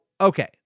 okay